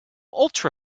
ultra